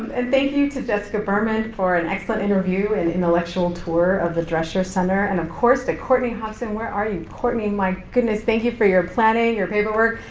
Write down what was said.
and thank you to jessica berman for an excellent interview and intellectual tour of the drescher center and of course to courtney hobson, where are you? courtney, my goodness, thank you for your planning, your paperwork,